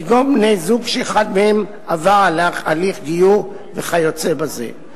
כגון בני-זוג שאחד מהם עבר הליך גיור וכיוצא בזה.